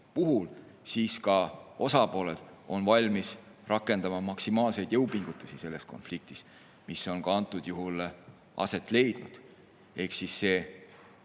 puhul, siis ka osapooled on valmis rakendama maksimaalseid jõupingutusi selles konfliktis. Seda on ka antud juhul [tehtud]. Ehk siis see